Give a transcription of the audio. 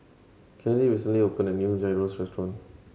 Kelley recently opened a new Gyros Restaurant